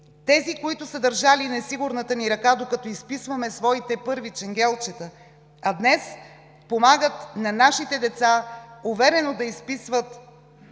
тези които са държали несигурната ни ръка, докато изписваме своите първи ченгелчета, а днес помагат на нашите деца уверено да изписват